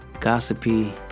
gossipy